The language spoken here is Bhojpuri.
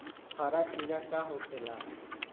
हरा कीड़ा का होखे ला?